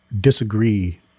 disagree